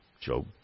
Job